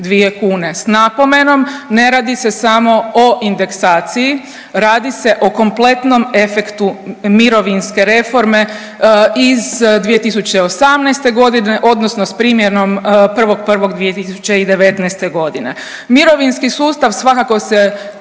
782 kune s napomenom ne radi se samo o indeksaciji, radi se o kompletnom efektu mirovinske reforme iz 2018.g. odnosno s primjenom 1.1.2019.. Mirovinski sustav svakako se